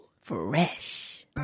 fresh